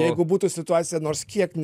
jeigu būtu situacija nors kiek